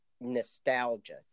nostalgia